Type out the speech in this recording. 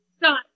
Done